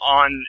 on